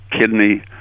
kidney